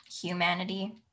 humanity